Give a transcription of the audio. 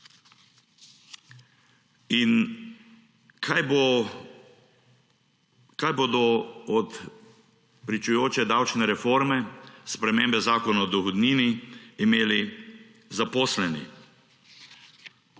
Kaj bodo od pričujoče davčne reforme spremembe Zakona o dohodnini imeli zaposleni?